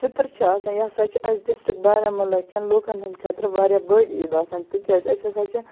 فِطر چھِ آسان یہِ ہسا چھِ اَسہِ ڈِسٹِرٛک بارہموٗلہ کٮ۪ن لوٗکَن ہِنٛدۍ خٲطرٕ واریاہ بٔڑ عیٖد آسان تِکیٛازِ أسۍ ہسا چھِ